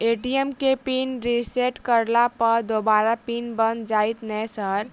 ATM केँ pin reset करला पर दोबारा पिन बन जाइत नै सर?